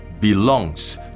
belongs